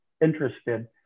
interested